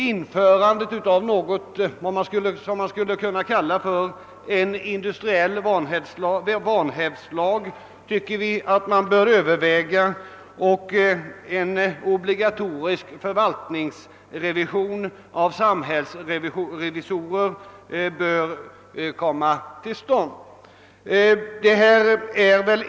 Införandet av en industriell vanhävdslag anses böra övervägas liksom också en obligatorisk förvaltningsrevision av samhällsrevisorer».